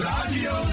Radio